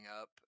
up